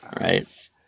right